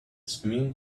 swimming